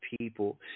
people